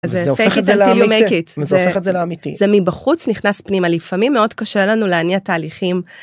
זה מי בחוץ נכנס פנימה לפעמים מאוד קשה לנו להניע תהליכים.